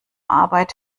arbeit